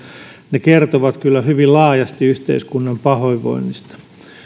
ne kertovat kyllä hyvin laajasti yhteiskunnan pahoinvoinnista